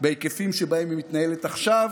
בהיקפים שבהם היא מתנהלת עכשיו.